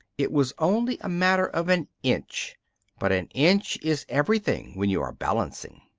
it was only a matter of an inch but an inch is everything when you are balancing.